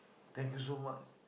thank you so much